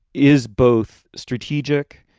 is both strategic.